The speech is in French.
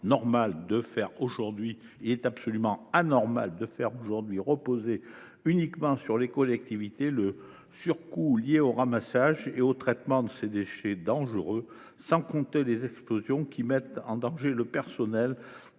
Il est absolument anormal, comme c’est le cas aujourd’hui, de faire reposer uniquement sur les collectivités le surcoût lié au ramassage et au traitement de ces déchets dangereux. De surcroît, les explosions mettent en danger le personnel